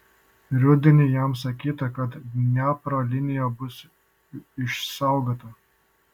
rudenį jam sakyta kad dniepro linija bus išsaugota